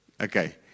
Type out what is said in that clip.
Okay